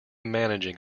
managing